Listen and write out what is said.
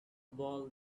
ball